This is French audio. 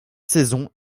saison